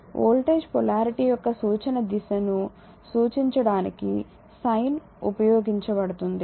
కాబట్టి voltage polarity యొక్క సూచన దిశను సూచించడానికి సైన్ గుర్తులు ఉపయోగించబడుతుంది